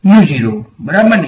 બરાબર ને